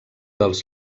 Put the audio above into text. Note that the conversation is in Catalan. dels